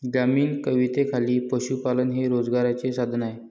ग्रामीण कवितेखाली पशुपालन हे रोजगाराचे साधन आहे